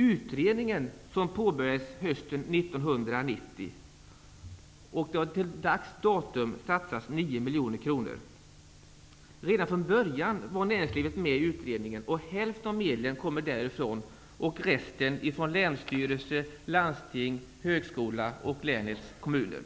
Utredningen påbörjades hösten 1990 och det har satsats 9 miljoner kronor till dags dato. Redan från början var näringslivet med i utredningen. Hälften av medlen kommer därifrån, resten kommer från länsstyrelse, landsting, högskola och länets kommuner.